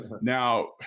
Now